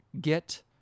get